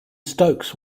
stokes